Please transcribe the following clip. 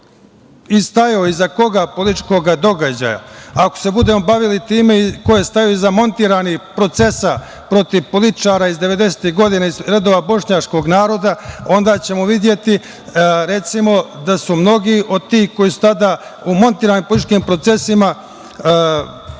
i stajao iza kog političkoga događaja, ako se budemo bavili time ko je stajao iza montiranih procesa, protiv političara iz devedesetih godina iz redova bošnjačkog naroda, onda ćemo videti, recimo, da su mnogi od tih koji su tada u montiranim političkim procesima